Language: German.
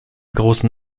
großen